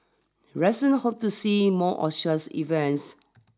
resident hope to see more of such events